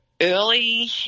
early